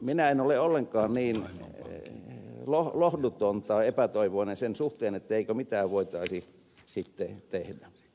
minä en ole ollenkaan niin lohduton tai epätoivoinen sen suhteen etteikö mitään voitaisi sitten tehdä